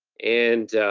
and